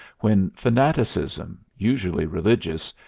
when fanaticism, usually religious,